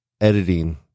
editing